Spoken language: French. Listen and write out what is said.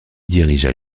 dirigea